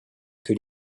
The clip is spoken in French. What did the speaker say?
que